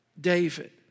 David